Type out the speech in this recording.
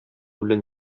белән